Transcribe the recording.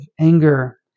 anger